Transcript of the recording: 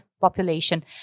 population